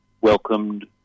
welcomed